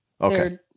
Okay